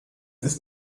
ist